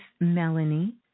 Melanie